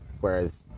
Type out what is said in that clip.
whereas